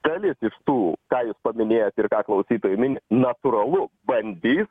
dalis iš tų ką jūs paminėjot ir ką klausytojai mini natūralu bandys